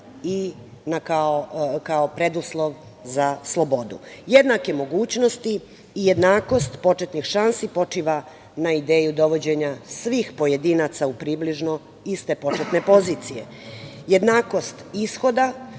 na preduslov za slobodu. Jednake mogućnosti i jednakost početnih šansi počiva na ideji dovođenja svih pojedinaca u približno iste početne pozicije. Jednakost ishoda